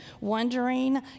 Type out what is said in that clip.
wondering